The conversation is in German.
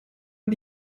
und